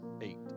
Eight